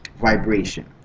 vibration